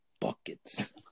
buckets